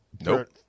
nope